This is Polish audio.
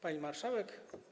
Pani Marszałek!